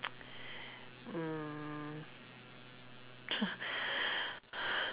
mm